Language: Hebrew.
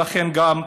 ולכן בא גם